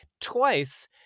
twice